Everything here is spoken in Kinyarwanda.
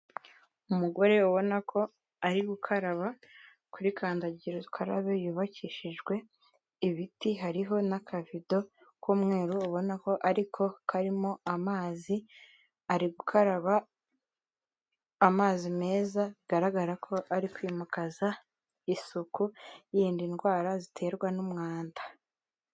Umugore ubona ko ari gukaraba kuri kandagira ukarabe yubakishijwe ibiti, hariho n'akavido k'umweru ubona ko karimo amazi, ari gukaraba amazi meza bigaragara ko ari kwimakaza isuku yirinda indwara ziterwa n'umwanda.